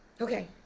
Okay